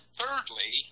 thirdly